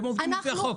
הם עובדים לפי החוק.